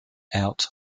out